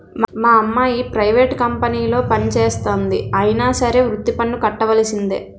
మా అమ్మాయి ప్రైవేట్ కంపెనీలో పనిచేస్తంది అయినా సరే వృత్తి పన్ను కట్టవలిసిందే